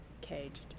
caged